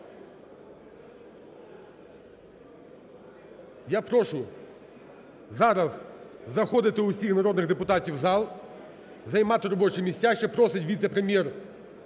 Я прошу зараз заходити усіх народних депутатів у зал, займати робочі місця. Ще просить віце-прем'єр